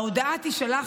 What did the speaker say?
ההודעה תישלח,